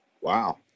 Wow